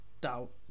doubt